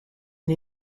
and